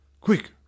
quick